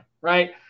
right